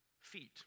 feet